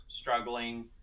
struggling